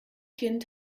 kind